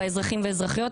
באזרחים ובאזרחיות?